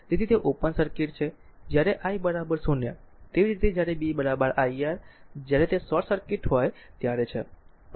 તેથી તે open circuit છે જ્યારે i 0 તેવી જ રીતે જ્યારે b iR જ્યારે તે શોર્ટ સર્કિટ હોય ત્યારે છે બરાબર